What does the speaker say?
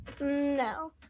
No